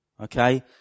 Okay